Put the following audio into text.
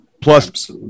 Plus